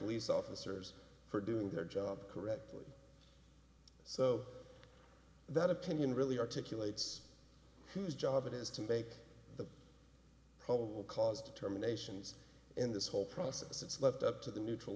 police officers for doing their job correctly so that opinion really articulate whose job it is to make probable cause determination in this whole process it's left up to the neutral